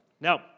Now